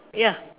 ya